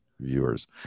viewers